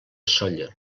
sóller